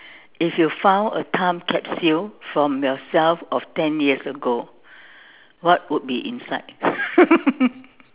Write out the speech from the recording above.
if you found a time capsule from yourself of ten years ago what would be inside